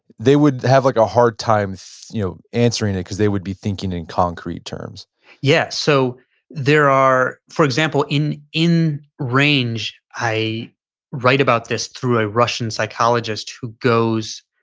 they would have like a hard time you know answering it because they would be thinking in concrete terms yeah so there are for example in in range, i write about this through a russian psychologist who goes,